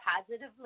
positively